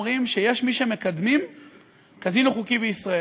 אומרים שיש מי שמקדמים קזינו חוקי בישראל.